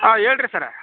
ಹಾಂ ಹೇಳ್ಡ್ರಿ ಸರ್